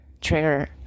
trigger